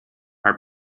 are